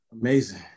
Amazing